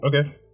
Okay